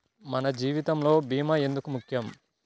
మన జీవితములో భీమా ఎందుకు ముఖ్యం?